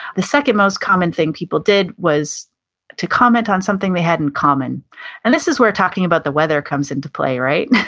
the second most common thing people did was to comment on something they had in common and this is where talking about the weather comes into play, right?